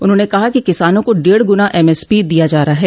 उन्होंने कहा कि किसानों को डेढ़ गुना एमएसपी दिया जा रहा है